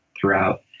throughout